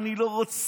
אני לא רוצה,